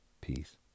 Peace